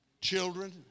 children